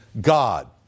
God